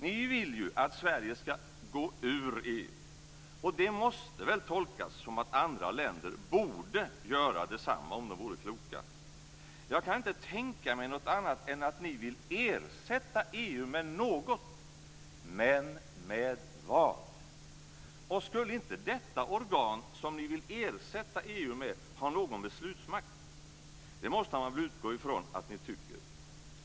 Ni vill ju att Sverige ska gå ur EU, och det måste väl tolkas som att andra länder borde göra detsamma om de vore kloka. Jag kan inte tänka mig något annat än att ni vill ersätta EU med något. Men med vad? Och skulle inte detta organ som ni vill ersätta EU med ha någon beslutsmakt? Det måste man väl utgå från att ni tycker.